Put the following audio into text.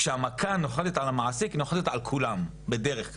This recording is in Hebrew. כשהמכה נוחתת על המעסיק היא נופלת על כולם בדרך כלל,